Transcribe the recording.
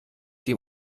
dem